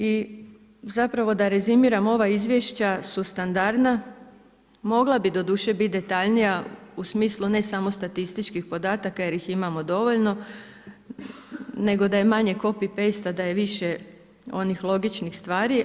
I zapravo da rezimiram ova izvješća su standardna, mogla bi doduše biti detaljnija u smislu ne samo statističkih podataka jer ih imamo dovoljno nego da je manje copy-paste, da je više onih logičnih stvari.